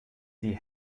die